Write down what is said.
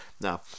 Now